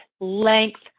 length